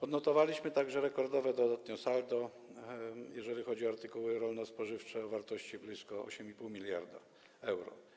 Odnotowaliśmy także rekordowe dodatnie saldo, jeżeli chodzi o artykuły rolno-spożywcze, o wartości blisko 8,5 mld euro.